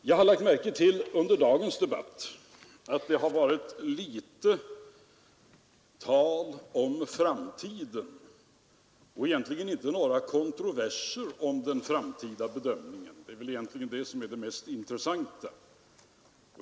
Jag lade under dagens debatt märke till att det talats litet om framtiden och att det heller inte förekommit några kontroverser om den framtida bedömningen. Egentligen är detta det mest intressanta.